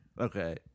Okay